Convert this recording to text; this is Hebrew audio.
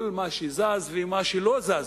כל מה שזז ומה שלא זז.